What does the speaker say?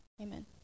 amen